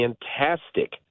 fantastic